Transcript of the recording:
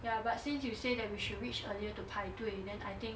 ya but since you say that we should reach earlier to 排队 then I think